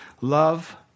Love